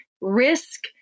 risk